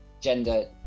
gender